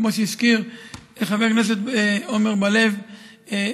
כמו שהזכיר חבר הכנסת עמר בר-לב,